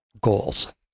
goals